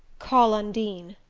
call undine.